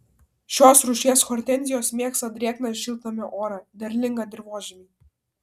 šios rūšies hortenzijos mėgsta drėgną šiltnamio orą derlingą dirvožemį